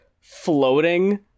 floating